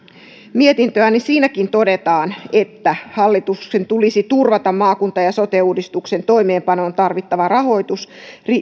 mietintöä siinäkin todetaan että hallituksen tulisi turvata maakunta ja sote uudistuksen toimeenpanoon tarvittavan rahoituksen